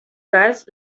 cas